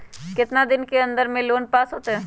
कितना दिन के अन्दर में लोन पास होत?